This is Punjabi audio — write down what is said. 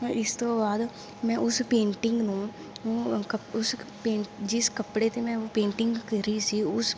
ਇਸ ਤੋਂ ਬਾਅਦ ਮੈਂ ਉਸ ਪੇਂਟਿੰਗ ਨੂੰ ਕ ਉਸ ਪੇਨ ਜਿਸ ਕੱਪੜੇ 'ਤੇ ਮੈਂ ਉਹ ਪੇਂਟਿੰਗ ਕਰੀ ਸੀ ਉਸ